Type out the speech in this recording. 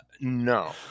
No